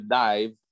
dive